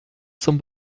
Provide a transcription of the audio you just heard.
zum